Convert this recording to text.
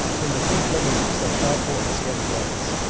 from the faint glimmerings of such doubtful and scattered lights,